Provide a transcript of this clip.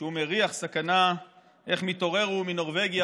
כשהוא מריח סכנה / איך מתעורר הוא מנורבגיה